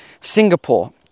Singapore